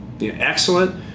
excellent